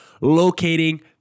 locating